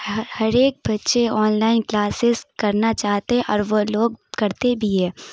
ہر ہر ایک بچّے آن لائن کلاسز کرنا چاہتے اور وہ لوگ کرتے بھی ہے